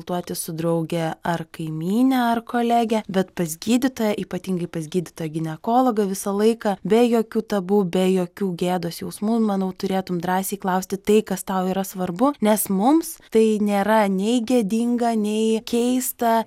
tuotis su drauge ar kaimyne ar kolege bet pas gydytoją ypatingai pas gydytoją ginekologą visą laiką be jokių tabu be jokių gėdos jausmų manau turėtum drąsiai klausti tai kas tau yra svarbu nes mums tai nėra nei gėdinga nei keista